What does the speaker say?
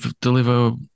deliver